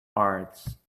arts